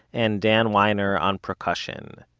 and dan weiner on percussion.